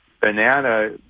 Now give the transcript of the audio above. banana